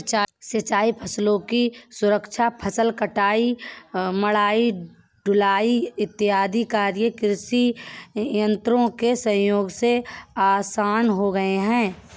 सिंचाई फसलों की सुरक्षा, फसल कटाई, मढ़ाई, ढुलाई आदि कार्य कृषि यन्त्रों के सहयोग से आसान हो गया है